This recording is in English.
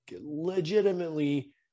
legitimately